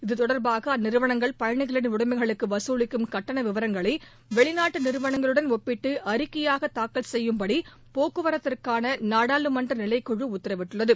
இதுதொடர்பாக அந்நிறுவனங்கள் பயணிகளின் உடமைகளுக்கு வசூலிக்கும் கட்டண விவரங்களை வெளிநாட்டு நிறுவனங்களுடன் ஒப்பிட்டு அறிக்கையாக தாக்கல் செய்யும்படி போக்குவரத்திற்கான நாடாளுமன்ற நிலைக்குழு உத்தரவிட்டுள்ளது